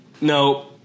no